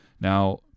Now